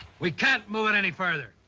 we can't move it any further.